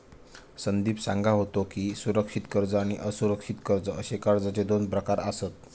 संदीप सांगा होतो की, सुरक्षित कर्ज आणि असुरक्षित कर्ज अशे कर्जाचे दोन प्रकार आसत